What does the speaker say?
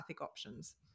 options